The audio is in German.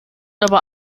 aber